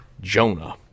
Jonah